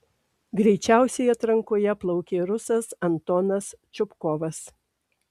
greičiausiai atrankoje plaukė rusas antonas čupkovas